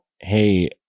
hey